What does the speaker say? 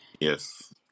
Yes